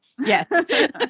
yes